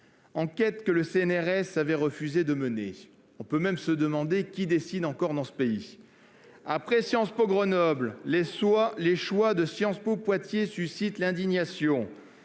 enquête, le CNRS avait refusé de la mener - on peut même se demander qui décide encore dans ce pays ... Après Sciences Po Grenoble, les choix de Sciences Po Poitiers suscitent l'indignation.